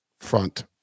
front